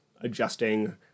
adjusting